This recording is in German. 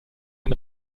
den